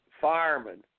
firemen